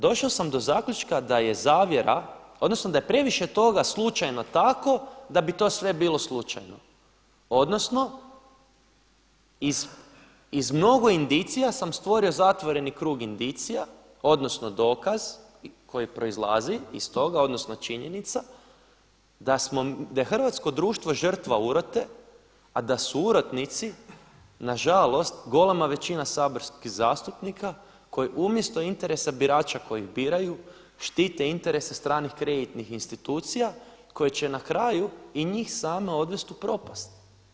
Došao sam do zaključka da je zavjera, odnosno da je previše toga slučajno tako da bi to sve bilo slučajno, odnosno iz mnogo indicija sam stvorio zatvoreni krug indicija, odnosno dokaz koji proizlazi iz toga, odnosno činjenica da je hrvatsko društvo žrtva urote, a da su urotnici na žalost golema većina saborskih zastupnika koji umjesto interesa birača koji ih biraju štite interese stranih kreditnih institucija koje će na kraju i njih same odvest u propast.